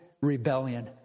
rebellion